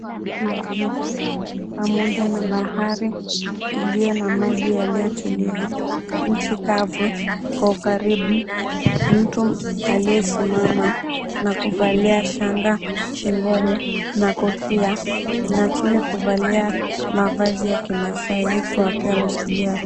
Kuna giza pamoja na bahari iliyo na maji yaliyotulia. Nchi kavu kwa ukaribu. Mtu aliyesimama na kuvalia shanga shingoni na kofia na chini kuvalia mavazi ya kimaasai huku akiwa ameshikilia rungu.